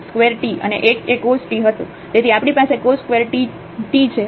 તેથી આપણી પાસે cos2 t t છે